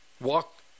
walk